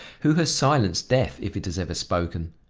who has silenced death if it has ever spoken?